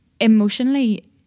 Emotionally